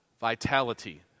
vitality